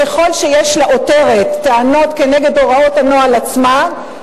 ככל שיש לעותרת טענות כנגד הוראות הנוהל עצמן,